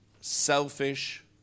selfish